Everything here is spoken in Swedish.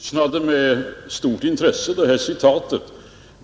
Herr talman! Jag avlyssnade med stort intresse det här citatet.